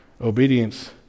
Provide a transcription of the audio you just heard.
obedience